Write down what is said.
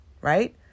right